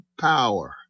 power